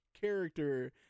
character